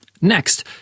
Next